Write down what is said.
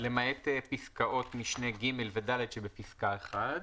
למעט פסקאות משנה (ג) ו-(ד) שבפסקה (1),